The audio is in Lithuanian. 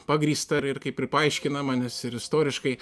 pagrįsta ir kaip ir paaiškinama nes ir istoriškai